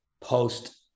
post